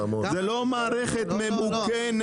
זאת לא מערכת ממוכנת.